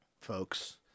folks